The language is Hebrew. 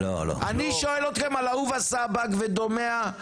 אני שואל אותכם על אהובה סבג ודומיה,